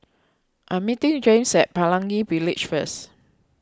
I'm meeting Jaymes at Pelangi Village first